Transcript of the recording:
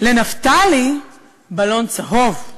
לנפתלי בלון צהוב,